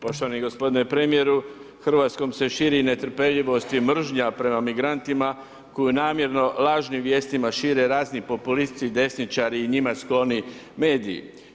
Poštovani gospodine premijeru, Hrvatskom se širi netrpeljivost i mržnja prema migrantima koju namjerno lažnim vijestima šire razni populisti i desničari i njima skloni mediji.